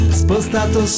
spostato